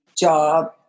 job